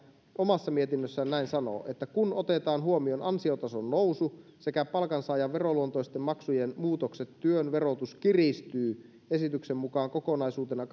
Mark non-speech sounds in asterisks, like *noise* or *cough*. omassa mietinnössään näin sanoo että kun otetaan huomioon ansiotason nousu sekä palkansaajan veroluonteisten maksujen muutokset työn verotus kiristyy esityksen mukaan kokonaisuutena *unintelligible*